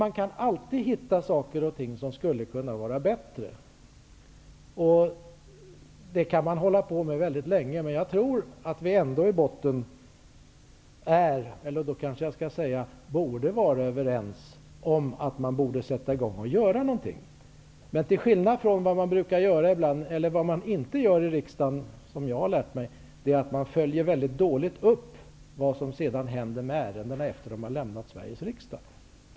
Man kan alltid hitta saker och ting som skulle kunna vara bättre, och det kan man hålla på med mycket länge, men jag tror att vi i botten ändå är -- eller kanske borde vara -- överens om att man skall sätta i gång och göra något. Jag har lärt mig att man i riksdagen mycket dåligt följer upp vad som händer med ärendena sedan de har lämnat Sveriges riksdag.